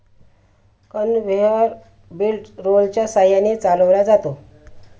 conveyor belt रोलरच्या सहाय्याने चालवला जातो